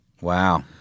Wow